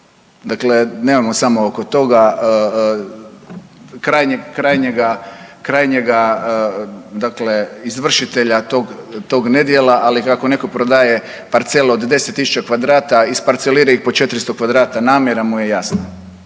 Dakle, nemamo samo oko toga krajnjega dakle izvršitelja tog nedjela, ali ako netko prodaje parcelu od 10.000 kvadrata isparcelira iz po 400 kvadrata, namjera mu je jasna.